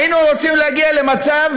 היינו רוצים להגיע למצב,